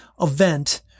event